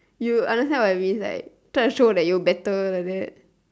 you understand what it means right